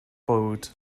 bwyd